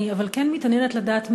אבל אני כן מתעניינת לדעת,